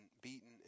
beaten